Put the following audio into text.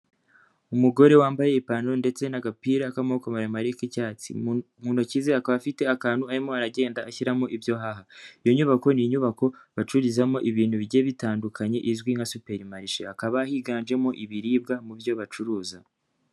Umugore wambaye ipantaro ndetse n'agapira k'amaboko maremare k'icyatsi, mu ntoki ze akaba afite akantu arimo aragenda ashyiramo ibyaha, iyo nyubako n'inyubako bacururizamo ibintu bigiye bitandukanye izwi nka superi marishe akaba higanjemo ibiribwa mu byo bacuruza.